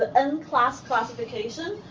ah end class classification,